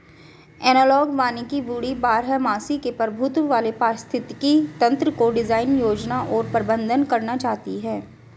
analogue वानिकी woody बारहमासी के प्रभुत्व वाले पारिस्थितिक तंत्रको डिजाइन, योजना और प्रबंधन करना चाहती है